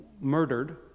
murdered